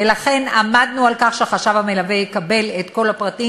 ולכן עמדנו על כך שהחשב המלווה יקבל את כל הפרטים,